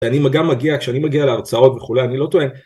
ואני גם מגיע, כשאני מגיע להרצאות וכולי, אני לא טוען.